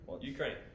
Ukraine